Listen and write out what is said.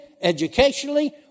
educationally